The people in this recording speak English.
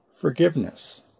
forgiveness